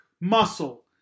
Muscle